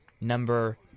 number